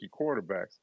quarterbacks